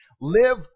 Live